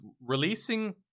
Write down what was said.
releasing